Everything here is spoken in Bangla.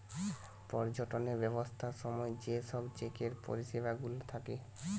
পর্যটনের ব্যবসার সময় যে সব চেকের পরিষেবা গুলা থাকে